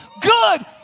good